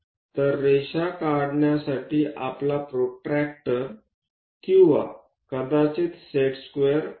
तर रेषा काढण्यासाठी आपला प्रोट्रेक्टर किंवा कदाचित सेट स्क्वेअर वापरा